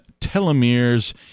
telomeres